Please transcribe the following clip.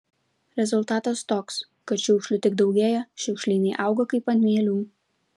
rezultatas toks kad šiukšlių tik daugėja šiukšlynai auga kaip ant mielių